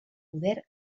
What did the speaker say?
poder